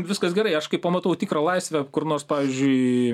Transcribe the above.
viskas gerai aš kai pamatau tikrą laisvę kur nors pavyzdžiui